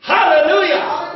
Hallelujah